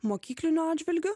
mokykliniu atžvilgiu